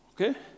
Okay